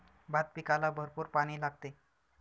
भात पिकाला भरपूर पाणी लागते